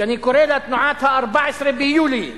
שאני קורא לה תנועת ה-14 ביולי,